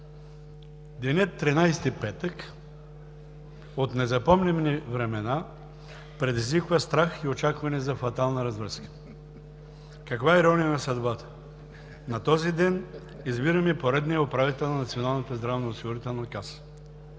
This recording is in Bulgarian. Денят 13-и, петък, от незапомнени времена предизвиква страх и очакване за фатална развръзка. Каква ирония на съдбата – на този ден избираме поредния управител на Националната здравноосигурителна каса!